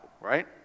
Right